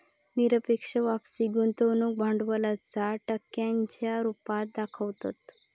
निरपेक्ष वापसी गुंतवणूक भांडवलाच्या टक्क्यांच्या रुपात दाखवतत